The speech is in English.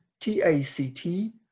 T-A-C-T